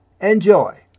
Enjoy